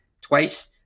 twice